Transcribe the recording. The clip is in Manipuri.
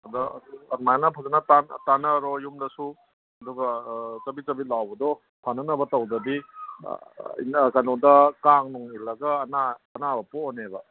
ꯑꯗ ꯑꯗꯨꯃꯥꯏꯅ ꯐꯖꯅ ꯇꯥꯟꯅꯔꯣ ꯌꯨꯝꯗꯁꯨ ꯑꯗꯨꯒ ꯆꯕꯤꯠ ꯆꯕꯤꯠ ꯂꯥꯎꯕꯗꯣ ꯐꯅꯅꯕ ꯇꯧꯗ꯭ꯔꯗꯤ ꯀꯩꯅꯣꯗ ꯀꯥꯡ ꯅꯨꯡ ꯏꯜꯂꯒ ꯑꯅꯥꯕ ꯄꯣꯛꯂꯅꯦꯕ